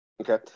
Okay